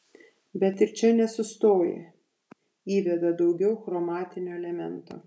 bet ir čia nesustoja įveda daugiau chromatinio elemento